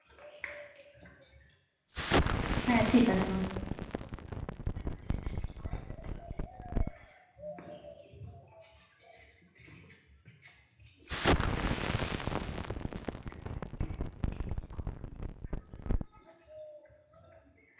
ᱦᱮᱸ ᱴᱷᱤᱠ ᱟᱪᱷᱮ ᱢᱟ